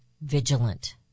vigilant